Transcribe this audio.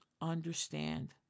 understand